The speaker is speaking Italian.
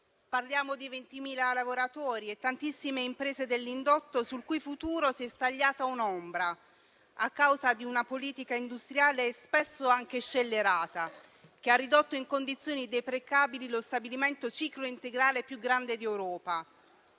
Parliamo di 20.000 lavoratori e di tantissime imprese dell'indotto sul cui futuro si è stagliata un'ombra a causa di una politica industriale spesso anche scellerata, che ha ridotto in condizioni deprecabili lo stabilimento a ciclo integrale più grande di Europa.